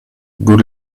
good